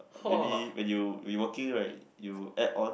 maybe when you when you working right you add on